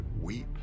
weep